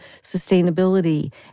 sustainability